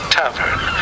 tavern